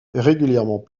régulièrement